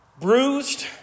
Bruised